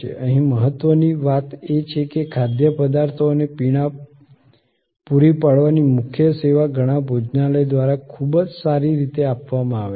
અહીં મહત્વની વાત એ છે કે ખાદ્યપદાર્થો અને પીણા પૂરી પાડવાની મુખ્ય સેવા ઘણા ભોજનાલય દ્વારા ખૂબ જ સારી રીતે આપવામાં આવે છે